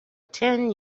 ten